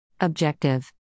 Objective